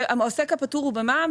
העוסק הפטור הוא במע"מ,